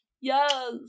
Yes